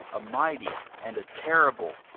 a mighty, and a terrible,